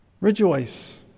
Rejoice